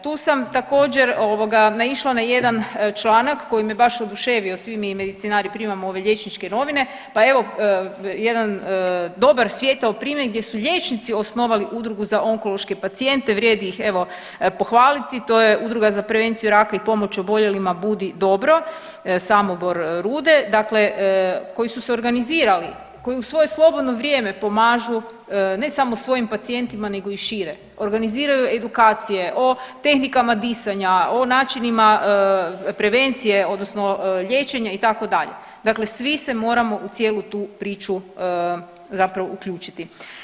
Tu sam također naišla na jedan članak koji me baš oduševio, svi mi medicinari primamo ove liječničke novine pa evo jedan dobar svijetao primjer gdje su liječnici osnovali udrugu za onkološke pacijente, vrijedi ih evo pohvaliti, to je Udruga za prevenciju raka i pomoć oboljelima „Budi dobro“, Samobor, Rude dakle koji su se organizirali koji u svoje slobodno vrijeme pomažu ne samo svojim pacijentima nego i šire, organiziraju edukacije o tehnikama disanja, o načinima prevencija liječenja itd. dakle svi se moramo u cijelu tu priču zapravo uključiti.